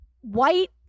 white